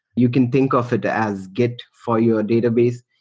you can think of it as git for your database.